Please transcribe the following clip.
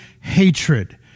hatred